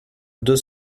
deux